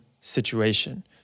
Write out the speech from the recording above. situation